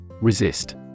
Resist